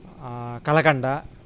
kalakand